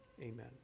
amen